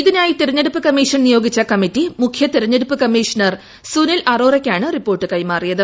ഇതിനായി തെരഞ്ഞെടുപ്പ് കമ്മീഷൻ നിയോഗിച്ച കമ്മിറ്റി മുഖ്യ തെരഞ്ഞെടുപ്പ് കമ്മീഷൻ സുനിൽ അറോറയ്ക്കാണ് റിപ്പോർട്ട് കൈമാറിയത്